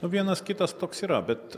nu vienas kitas toks yra bet